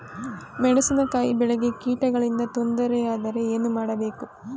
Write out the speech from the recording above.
ಮೆಣಸಿನಕಾಯಿ ಬೆಳೆಗೆ ಕೀಟಗಳಿಂದ ತೊಂದರೆ ಯಾದರೆ ಏನು ಮಾಡಬೇಕು?